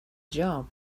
job